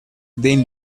then